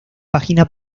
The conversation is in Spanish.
página